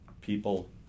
people